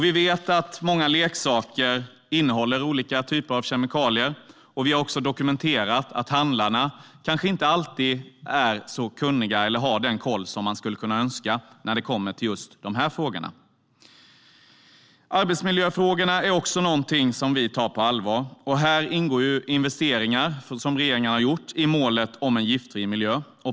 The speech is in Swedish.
Vi vet att många leksaker innehåller olika typer av kemikalier, och vi har dokumenterat att handlarna kanske inte alltid har den koll som man skulle kunna önska när det gäller de här frågorna. Arbetsmiljöfrågorna är också någonting som vi tar på allvar. Här ingår investeringarna som regeringen har gjort i målet om en giftfri miljö.